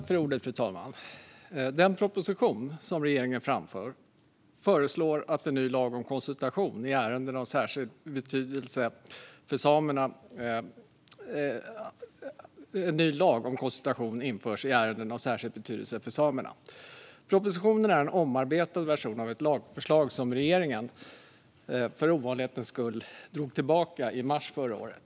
Fru talman! I den proposition som regeringen lagt fram föreslås att en ny lag om konsultation införs i ärenden av särskild betydelse för samerna. Propositionen är en omarbetad version av ett lagförslag som regeringen för ovanlighetens skull drog tillbaka i mars förra året.